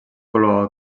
color